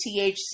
THC